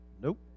Nope